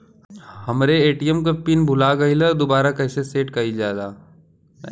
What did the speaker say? हमरे ए.टी.एम क पिन भूला गईलह दुबारा कईसे सेट कइलजाला?